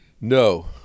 no